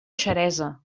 xeresa